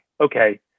Okay